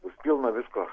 bus pilna visko